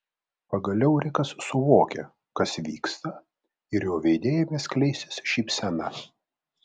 pagaliau rikas suvokė kas vyksta ir jo veide ėmė skleistis šypsena